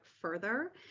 further